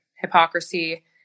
hypocrisy